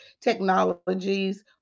technologies